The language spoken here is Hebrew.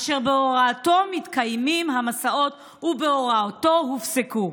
אשר בהוראתו מתקיימים המסעות ובהוראתו הופסקו?